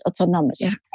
autonomous